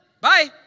Bye